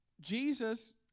Jesus